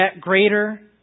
greater